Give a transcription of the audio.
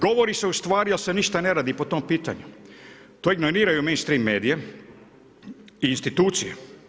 Govori se ustvari, ali se ništa ne radi po tom pitanju, to ignoriraju mainstream medije i institucije.